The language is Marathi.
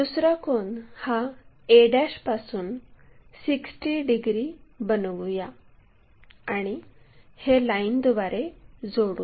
दुसरा कोन हा a पासून 60 डिग्री बनवूया आणि हे लाईनद्वारे जोडू